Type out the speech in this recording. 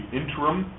interim